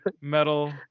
Metal